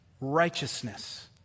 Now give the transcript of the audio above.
righteousness